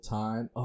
time